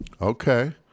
Okay